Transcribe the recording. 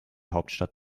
hauptstadt